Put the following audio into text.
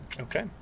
Okay